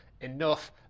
enough